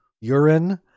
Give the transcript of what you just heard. urine